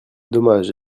dommage